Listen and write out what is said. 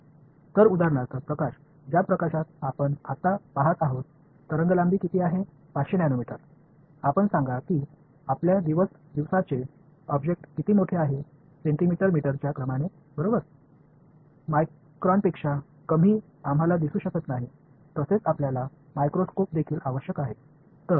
எனவே இதற்கு உதாரணம் நாம் இப்போது காணும் ஒளி அதன் அலைநீளம் 500 நானோமீட்டர்கள் நம்முடைய அன்றாடம் பயன்படுத்தும் பொருட்களின் அளவு சென்டிமீட்டர் மீட்டரில் என்ன என்று சொல்வோம் மைக்ரானைக் காட்டிலும் மிகக் சிறியவற்றை நாம் பார்க்க முடியாது நமக்கு ஒரு நுண்ணோக்கி தேவை